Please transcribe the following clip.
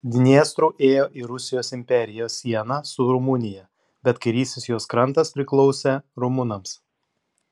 dniestru ėjo ir rusijos imperijos siena su rumunija bet kairysis jos krantas priklausė rumunams